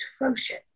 atrocious